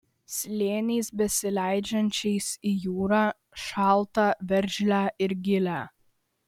slėniais besileidžiančiais į jūrą šaltą veržlią ir gilią